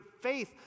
faith